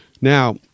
Now